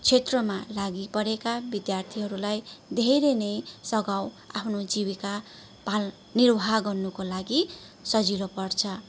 क्षेत्रमा लागि परेका विद्यार्थीहरूलाई धेरै नै सघाउ आफ्नो जीविका पाल निर्वाह गर्नुको लागि सजिलो पर्छ